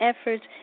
efforts